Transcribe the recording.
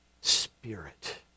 spirit